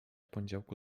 poniedziałku